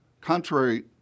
Contrary